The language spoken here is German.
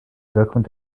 wirkung